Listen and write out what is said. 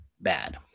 bad